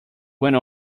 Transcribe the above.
went